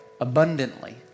abundantly